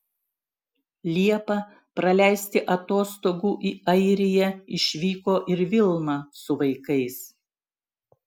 liepą praleisti atostogų į airiją išvyko ir vilma su vaikais